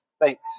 Thanks